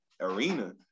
arena